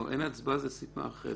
לא, אין הצבעה זו סיבה אחרת.